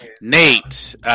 Nate